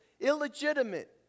illegitimate